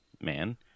man